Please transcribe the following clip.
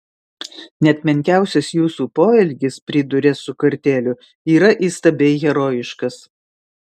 net menkiausias jūsų poelgis priduria su kartėliu yra įstabiai herojiškas